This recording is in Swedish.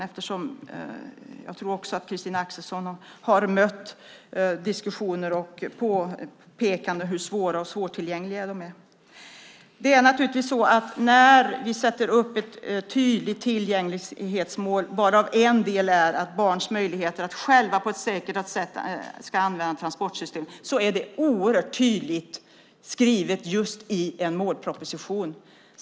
Jag tror att också Christina Axelsson har hört diskussioner och fått påpekanden om hur svårtillgängliga de är. När vi sätter upp ett tydligt tillgänglighetsmål, varav en del handlar om barns möjligheter att själva på ett säkert sätt kunna använda transportsystemet, är det oerhört tydligt skrivet i en målproposition.